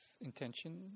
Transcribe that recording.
intention